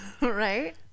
Right